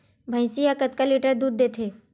भंइसी हा कतका लीटर दूध देथे?